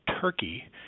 Turkey